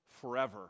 forever